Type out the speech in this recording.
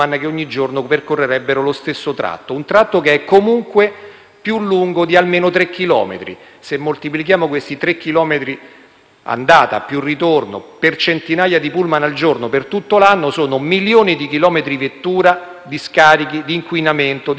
più lungo di almeno 3 chilometri. Inoltre, se moltiplichiamo questi 3 chilometri dell'andata con quelli del ritorno per centinaia di *pullman* al giorno per tutto l'anno, arriviamo a milioni di chilometri/vettura, di scarichi, di inquinamento, di tempo perso, di peggioramento della qualità della vita per i romani,